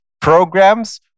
programs